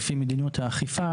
לפי מדיניות האכיפה